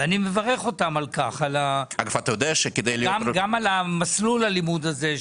ואני מברך אותם על כך, גם על מסלול הלימוד הזה.